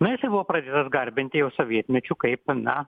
na jisai buvo pradėtas garbinti jau sovietmečiu kaip na